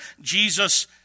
Jesus